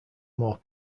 more